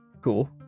cool